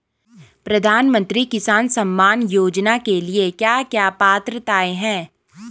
प्रधानमंत्री किसान सम्मान योजना के लिए क्या क्या पात्रताऐं हैं?